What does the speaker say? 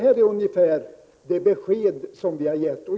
Detta är ungefär det besked som vi har gett.